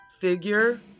figure